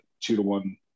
two-to-one